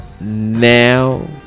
now